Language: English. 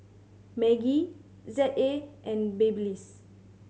Maggi Z A and Babyliss